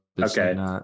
okay